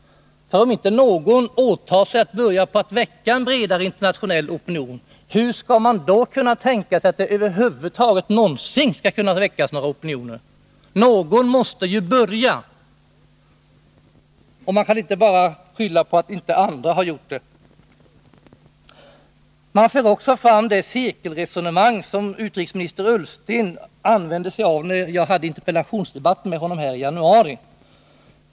För om inte någon åtar sig att börja väcka en bredare internationell opinion, hur tänker man sig då att det över huvud taget någonsin skall kunna väckas några opinioner? Någon måste ju börja. Man kan inte bara skylla på att andra inte har gjort det. Man för också det cirkelresonemang som utrikesminister Ullsten använde när jag hade interpellationsdebatten med honom här i januari.